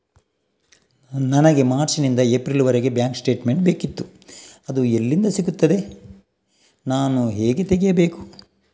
ನನಗೆ ಮಾರ್ಚ್ ನಿಂದ ಏಪ್ರಿಲ್ ವರೆಗೆ ಬ್ಯಾಂಕ್ ಸ್ಟೇಟ್ಮೆಂಟ್ ಬೇಕಿತ್ತು ಅದು ಎಲ್ಲಿಂದ ಸಿಗುತ್ತದೆ ನಾನು ಹೇಗೆ ತೆಗೆಯಬೇಕು?